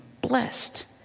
blessed